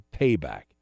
payback